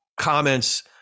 comments